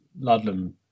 Ludlam